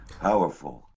Powerful